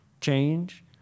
change